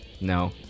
no